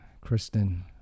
Kristen